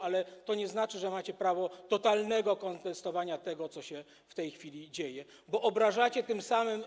Ale to nie znaczy, że macie prawo totalnego kontestowania tego, co się w tej chwili dzieje, bo obrażacie tym samym.